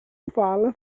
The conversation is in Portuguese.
fala